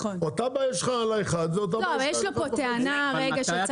אותה בעיה יש לך על האחד ואותה בעיה יש לך על אחד וחצי.